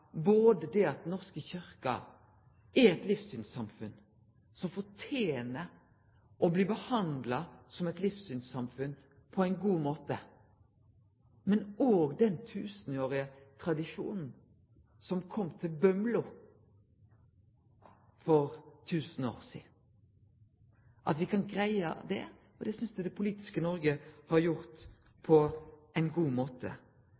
norske kyrkja som eit livssynssamfunn som fortener å bli behandla som eit livssynssamfunn på ein god måte, men òg den tradisjonen som kom til Bømlo for tusen år sidan. Eg synest det politiske Noreg har greidd det på ein god måte. Da synest eg derimot at det me har